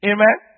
Amen